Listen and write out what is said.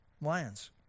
lions